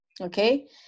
okay